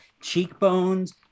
cheekbones